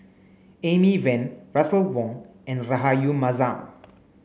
Amy Van Russel Wong and Rahayu Mahzam